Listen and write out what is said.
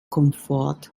komfort